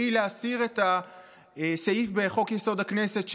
והיא להסיר את הסעיף בחוק-יסוד: הכנסת,